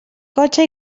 cotxe